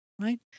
right